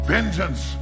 Vengeance